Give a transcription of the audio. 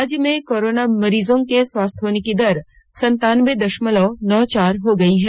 राज्य में कोरोना मरीजों के स्वस्थ होने की दर सन्तानबे दशमलव नौ चार हो गई है